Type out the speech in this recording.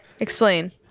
Explain